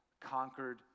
conquered